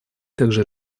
также